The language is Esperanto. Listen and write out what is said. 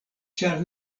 ĉar